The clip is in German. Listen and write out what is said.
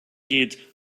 geht